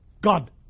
God